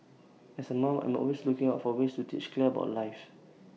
as A mom I'm always looking out for ways to teach Claire about life